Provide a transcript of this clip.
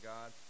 God